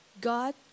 God